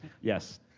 Yes